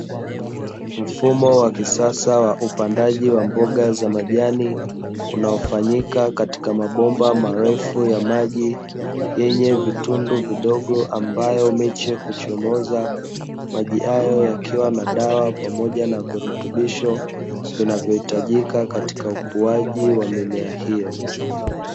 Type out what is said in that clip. Mfumo wa kisasa wa upandaji wa mboga za majani unaofanyika katika mabomba marefu ya maji yenye vitundu vidogo ambayo miche huchomoza, maji hayo yakiwa na dawa pamoja na virutubisho vinavyohitajika katika ukuaji wa mimea hiyo.